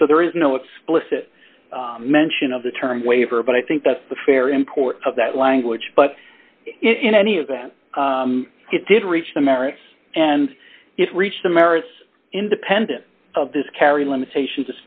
that so there is no explicit mention of the term waiver but i think that's the fair import of that language but in any event it did reach the merits and it reached the merits independent of this kerry limitations